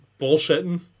bullshitting